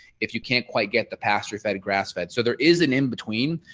if you can't quite get the pasture fed grass fed. so there is an in-between.